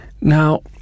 Now